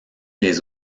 les